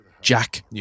Jack